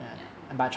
ya